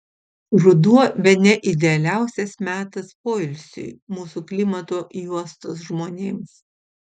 ruduo bene idealiausias metas poilsiui mūsų klimato juostos žmonėms